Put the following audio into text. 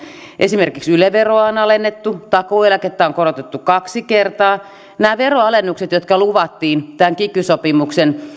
esimerkiksi yle veroa on alennettu takuueläkettä on korotettu kaksi kertaa nämä veroalennukset jotka luvattiin kiky sopimuksen